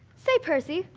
say percy,